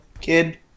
kid